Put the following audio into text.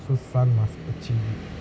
so sun must achieve